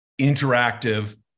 interactive